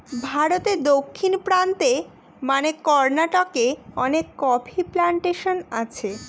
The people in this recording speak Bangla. ভারতে দক্ষিণ প্রান্তে মানে কর্নাটকে অনেক কফি প্লানটেশন আছে